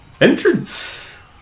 Entrance